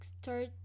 start